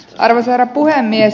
arvoisa herra puhemies